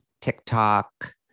TikTok